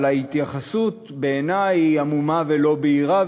אבל ההתייחסות בעיני היא עמומה ולא בהירה,